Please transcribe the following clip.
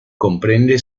comprende